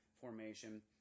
formation